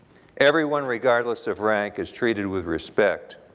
everyone regardless of rank is treated with respect.